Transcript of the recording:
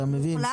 אתה מבין?